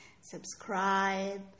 Subscribe